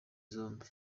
zombi